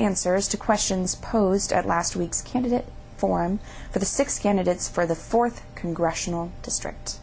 answers to questions posed at last week's candidate forum for the six candidates for the fourth congressional district